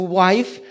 wife